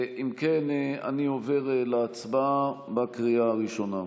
אם כן, אני עובר להצבעה בקריאה הראשונה.